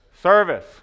service